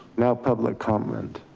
now public comment.